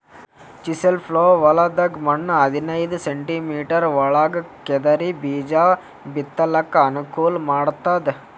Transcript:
chisel plough ಹೊಲದ್ದ್ ಮಣ್ಣ್ ಹದನೈದ್ ಸೆಂಟಿಮೀಟರ್ ಒಳಗ್ ಕೆದರಿ ಬೀಜಾ ಬಿತ್ತಲಕ್ ಅನುಕೂಲ್ ಮಾಡ್ತದ್